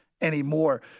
anymore